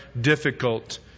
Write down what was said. difficult